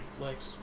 likes